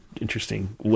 interesting